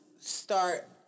start